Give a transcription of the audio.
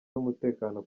z’umutekano